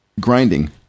grinding